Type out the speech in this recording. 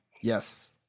Yes